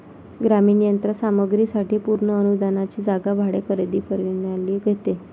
ग्रामीण यंत्र सामग्री साठी पूर्ण अनुदानाची जागा भाडे खरेदी प्रणाली घेते